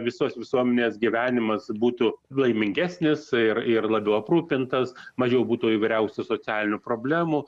visos visuomenės gyvenimas būtų laimingesnis ir ir labiau aprūpintas mažiau būtų įvairiausių socialinių problemų